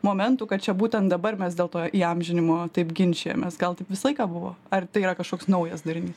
momentų kad čia būtent dabar mes dėl to įamžinimo taip ginčijamės gal taip visą laiką buvo ar tai yra kažkoks naujas darinys